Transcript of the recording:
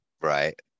right